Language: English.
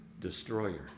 destroyer